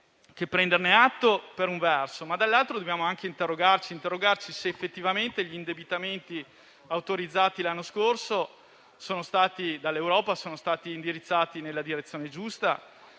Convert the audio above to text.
che prenderne atto, per un verso; ma dall'altro dobbiamo anche interrogarci se effettivamente gli indebitamenti autorizzati l'anno scorso dall'Europa siano stati indirizzati nella direzione giusta